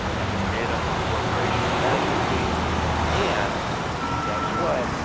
i can pay it up to the corporation a management fee and guess what?